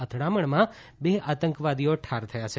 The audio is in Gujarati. અથડામણમાં બે આતંકવાદીઓ ઠાર થયા છે